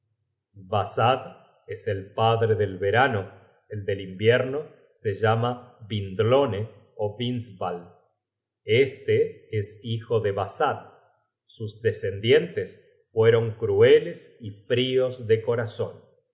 svasad es el padre del verano el del invierno se llama vindlone ó vindsval este es hijo de vasad sus descendientes fueron crueles y frios de corazon